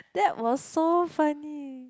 that was so funny